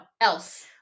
else